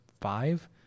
five